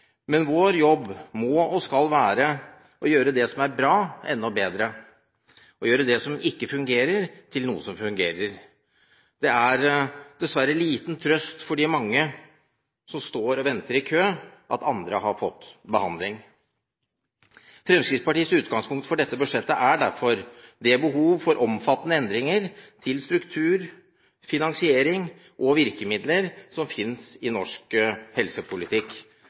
Men vår jobb må og skal være å gjøre det som er bra, enda bedre og gjøre det som ikke fungerer, til noe som fungerer. Det er dessverre liten trøst for de mange som venter i kø, at andre har fått behandling. Fremskrittspartiets utgangspunkt for dette budsjettet er derfor det behov for omfattende endringer knyttet til struktur, finansiering og virkemidler som finnes i norsk helsepolitikk.